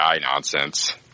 nonsense